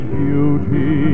beauty